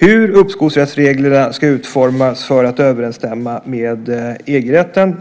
Precis som jag sade pågår ett arbete inom Finansdepartementet om hur uppskovsrättsreglerna ska utformas för att överensstämma med EG-rätten.